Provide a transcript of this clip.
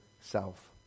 self